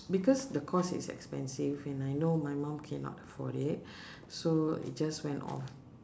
because the cost is expensive and I know my mum cannot afford it so it just went off